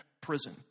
prison